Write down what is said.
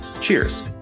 Cheers